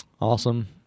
awesome